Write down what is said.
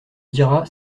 diras